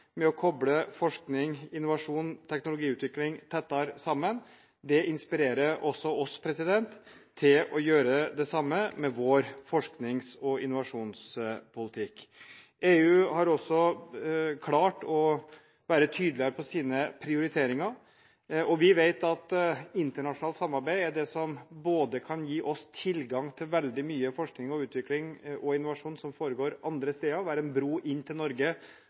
med å forbedre sine programmer – ved å koble forskning, innovasjon og teknologiutvikling tettere samen. Det inspirerer oss til å gjøre det samme med vår forsknings- og innovasjonspolitikk. EU har også klart å være tydeligere på sine prioriteringer. Vi vet at internasjonalt samarbeid er det som kan gi oss tilgang til veldig mye forskning, utvikling og innovasjon som foregår andre steder, og som kan være en bro inn til Norge